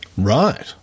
Right